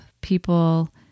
people